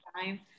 time